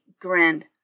grinned